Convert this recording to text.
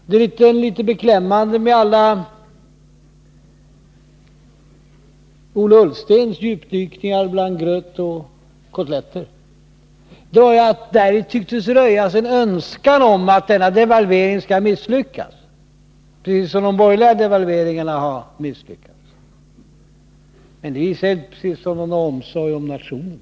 Det litet beklämmande med alla Ola Ullstens djupdykningar bland gröt och kotletter var att det däri tycktes röjas en önskan om att denna devalvering skall misslyckas, precis som de borgerliga devalveringarna har misslyckats. Det visar inte precis någon omsorg om nationen.